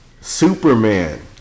Superman